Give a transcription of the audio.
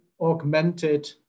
augmented